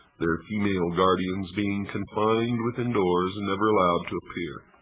their female guardians being confined within doors and never allowed to appear.